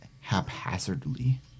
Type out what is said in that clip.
haphazardly